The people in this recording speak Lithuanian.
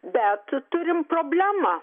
bet turim problemą